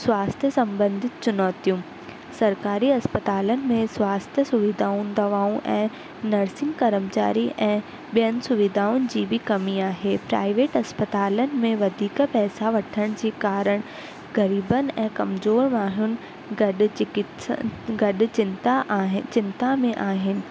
स्वास्थ्य सम्बंधित चुनौतियूं सरकारी अस्पतालनि में स्वास्थ्य सुविधाऊं दवाऊं ऐं नर्सिंग कर्मचारी ऐं ॿियनि सुविधाउनि जी बि कमी आहे प्राइवेट अस्पतालनि में वधीक पैसा वठनि जी कारण ग़रीबनि ऐं कमज़ोर माण्हुनि गॾु चिकित्सा गॾु चिंता आहिनि चिंता में आहिनि